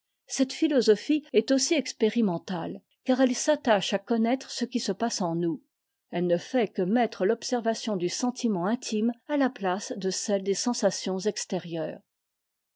cette philosophie est aussi expérimentale car elle s'attache à connaître ce qui se passe en nous elle ne fait que mettre l'observation du sentiment intime à la place de celle des sensations extérieures